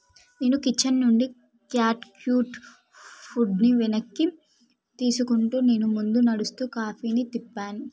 నేను కిచెన్ నుండి cat cute ఫుడ్ని వెనక్కి తీసుకుంటూ నేను ముందు నడుస్తూ కాఫీని తిప్పాను